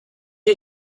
you